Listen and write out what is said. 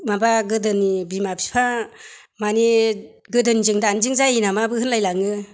माबा गोदोनि बिमा बिफा माने गोदोनिजों दानिजों जायो नामाबो होनलाय लाङो